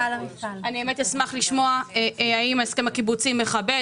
אשמח לשמוע האם ההסכם הקיבוצי מכבד,